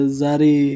zari